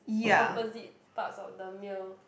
opposite parts of the meal